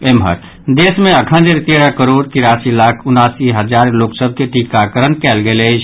एम्हर देश मे अखन धरि तेरह करोड़ तिरासी लाख उनासी हजार लोक सभ के टीकाकरण कयल गेल अछि